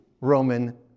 Roman